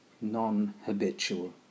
non-habitual